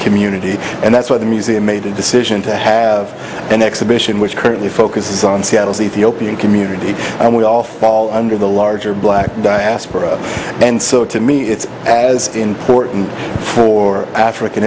community and that's why the museum made the decision to have an exhibition which currently focus on seattle see the opening community and we all fall under the larger black diaspora and so to me it's as important for african